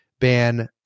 ban